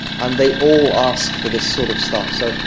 and they all ask for this sort of stuff. so,